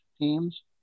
teams